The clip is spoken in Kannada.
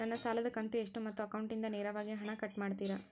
ನನ್ನ ಸಾಲದ ಕಂತು ಎಷ್ಟು ಮತ್ತು ಅಕೌಂಟಿಂದ ನೇರವಾಗಿ ಹಣ ಕಟ್ ಮಾಡ್ತಿರಾ?